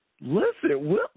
Listen